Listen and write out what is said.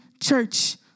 church